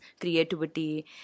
creativity